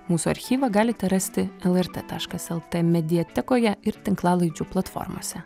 mūsų archyvą galite rasti lrt taškas lt mediatekoje ir tinklalaidžių platformose